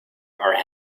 are